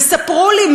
וספרו לי,